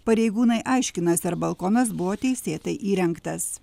pareigūnai aiškinasi ar balkonas buvo teisėtai įrengtas